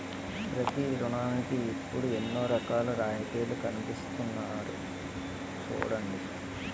ప్రతి ఋణానికి ఇప్పుడు ఎన్నో రకాల రాయితీలను కల్పిస్తున్నారు చూడండి